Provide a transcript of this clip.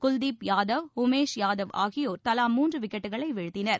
குல்தீப் யாதவ் உமேஷ் யாதவ் ஆகியோர் தலா மூன்று விக்கெட்டுகளை வீழ்த்தினர்